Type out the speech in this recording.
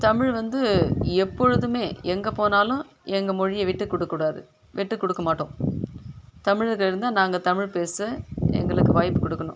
தமிழ் வந்து எப்பொழுதுமே எங்கேப்போனாலும் எங்கள் மொழியை விட்டுக்கொடுக்கக் கூடாது விட்டுக்கொடுக்க மாட்டோம் தமிழர்கள் இருந்தால் நாங்கள் தமிழ் பேச எங்களுக்கு வாய்ப்பு கொடுக்குணும்